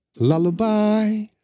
Lullaby